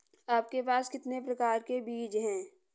आपके पास कितने प्रकार के बीज हैं?